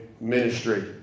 ministry